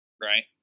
right